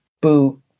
boot